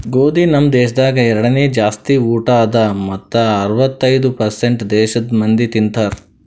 ಗೋದಿ ನಮ್ ದೇಶದಾಗ್ ಎರಡನೇ ಜಾಸ್ತಿ ಊಟ ಅದಾ ಮತ್ತ ಅರ್ವತ್ತೈದು ಪರ್ಸೇಂಟ್ ದೇಶದ್ ಮಂದಿ ತಿಂತಾರ್